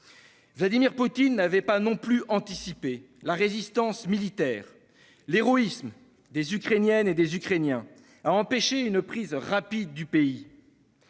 Vladimir Poutine n'avait pas non plus anticipé la résistance militaire et l'héroïsme des Ukrainiennes et des Ukrainiens, qui ont empêché une prise rapide du pays.